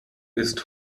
ist